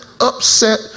upset